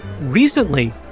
recently